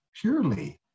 purely